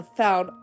found